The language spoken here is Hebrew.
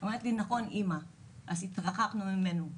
היא הסכימה איתי והתרחקנו ממנו.